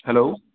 hello